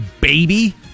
baby